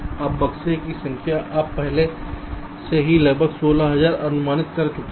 अब बक्से की संख्या आप पहले से ही लगभग 16000 अनुमानित कर चुके हैं